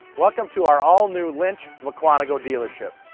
welcome to our all-new lynch muckwonago dealership.